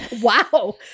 wow